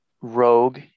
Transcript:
rogue